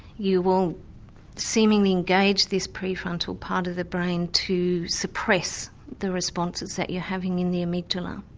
you will seemingly engage this prefrontal part of the brain to suppress the responses that you're having in the amygdala.